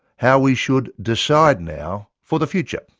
how we should decide now for the future.